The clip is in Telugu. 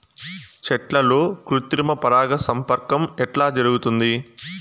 చెట్లల్లో కృత్రిమ పరాగ సంపర్కం ఎట్లా జరుగుతుంది?